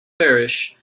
parish